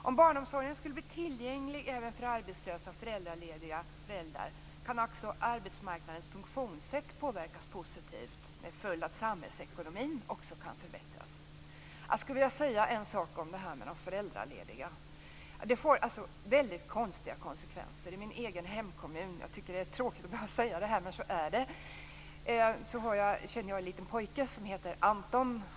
Om barnomsorgen skulle bli tillgänglig även för arbetslösa och föräldralediga föräldrar kan också arbetsmarknadens funktionssätt påverkas positivt med följd att samhällsekonomin också kan förbättras. Jag skulle vilja säga en sak om föräldraledigheten. Detta får väldigt konstiga konsekvenser. Det är tråkigt att behöva säga det, men så är det. Jag känner i min hemkommun till en liten pojke som heter Anton.